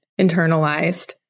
internalized